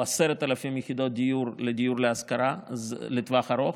10,000 יחידות דיור לדיור להשכרה לטווח ארוך,